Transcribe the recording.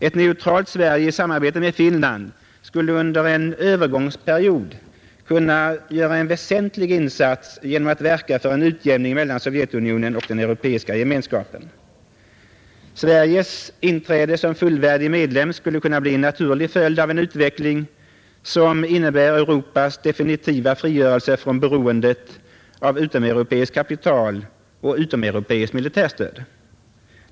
Ett neutralt Sverige i samarbete med Finland skulle under en övergångsperiod kunna göra en väsentlig insats genom att. verka för en utjämning mellan Sovjetunionen och den Europeiska gemenskapen. Sveriges inträde som fullvärdig medlem skulle kunna bli en naturlig följd av en utveckling, som innebär Europas definitiva frigörelse från beroendet av utomeuropeiskt kapital och utomeuropeiskt militärstöd.